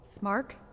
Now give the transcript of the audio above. Mark